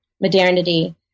modernity